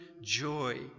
joy